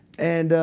and